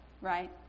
right